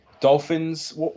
Dolphins